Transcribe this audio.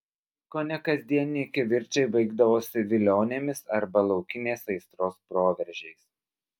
kone kasdieniai kivirčai baigdavosi vilionėmis arba laukinės aistros proveržiais